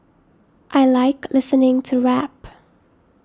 I like listening to rap